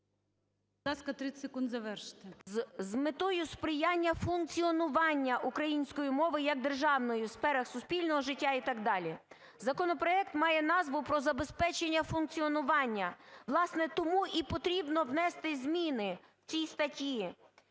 з метою сприяння функціонування української мови як державної у сферах суспільного життя і так далі. Законопроект має назву про забезпечення функціонування, власне, тому і потрібно внести зміни в цій статті